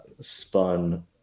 spun